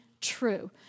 True